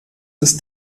ist